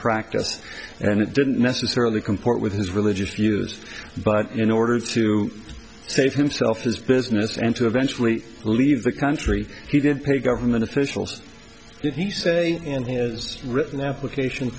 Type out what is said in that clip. practice and it didn't necessarily comport with his religious views but in order to save himself his business and to eventually leave the country he did pay government officials did he say and he has written application